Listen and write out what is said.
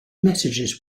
messages